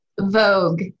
Vogue